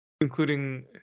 including